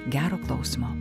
gero klausymo